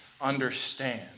understand